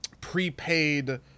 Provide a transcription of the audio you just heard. prepaid